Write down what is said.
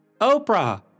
Oprah